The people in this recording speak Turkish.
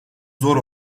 zor